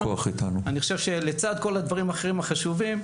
אני חושב שלצד כל הדברים האחרים החשובים,